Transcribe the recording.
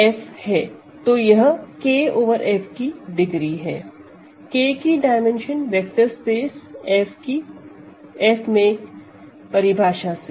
तो यह K over F की डिग्री है K की डायमेंशन वेक्टर स्पेस F में की परिभाषा से